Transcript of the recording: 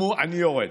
אני יורד.